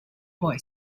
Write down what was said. boy